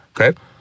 okay